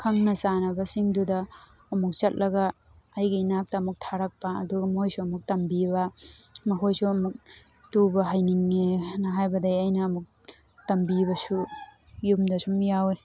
ꯈꯪꯅ ꯆꯥꯅꯕꯁꯤꯡꯗꯨꯗ ꯑꯃꯨꯛ ꯆꯠꯂꯒ ꯑꯩꯒꯤ ꯏꯅꯥꯛꯇ ꯑꯃꯨꯛ ꯊꯥꯔꯛꯄ ꯑꯗꯨꯒ ꯃꯣꯏꯁꯨ ꯑꯃꯨꯛ ꯇꯝꯕꯤꯕ ꯃꯈꯣꯏꯁꯨ ꯑꯃꯨꯛ ꯇꯨꯕ ꯍꯩꯅꯤꯡꯉꯦꯅ ꯍꯥꯏꯕꯗꯒꯤ ꯑꯩꯅ ꯑꯃꯨꯛ ꯇꯝꯕꯤꯕꯁꯨ ꯌꯨꯝꯗ ꯁꯨꯝ ꯌꯥꯎꯋꯦ